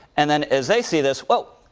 and then as they see this, whoa,